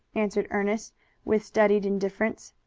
answered ernest with studied indifference.